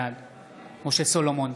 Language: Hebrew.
בעד משה סולומון,